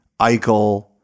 Eichel